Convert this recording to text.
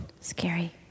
Scary